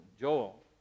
Joel